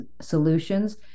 solutions